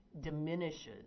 diminishes